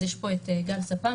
אז יש פה את גל ספן,